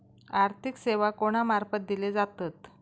आर्थिक सेवा कोणा मार्फत दिले जातत?